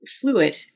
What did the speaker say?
fluid